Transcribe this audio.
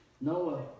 Noah